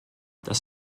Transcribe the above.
das